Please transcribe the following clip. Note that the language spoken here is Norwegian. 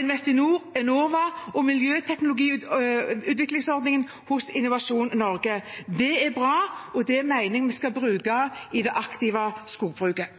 Investinor, Enova og miljøteknologiutviklingsordningen hos Innovasjon Norge. Det er bra, og det mener jeg vi skal bruke i det aktive skogbruket.